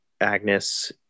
Agnes